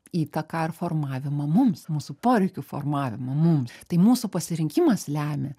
įtaką ar formavimą mums mūsų poreikių formavimą mum tai mūsų pasirinkimas lemia